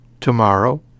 tomorrow